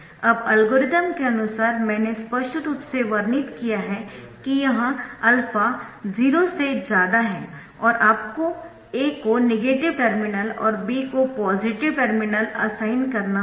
अब एल्गोरिथ्म के अनुसार मैंने स्पष्ट रूप से वर्णित किया है यह α0 है और आपको A को नेगेटिव टर्मिनल और B को पॉजिटिव टर्मिनल असाइन करना होगा